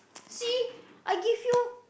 see I give you